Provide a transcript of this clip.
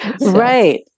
Right